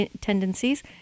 tendencies